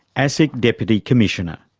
asic deputy commissioner.